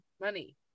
money